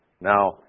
now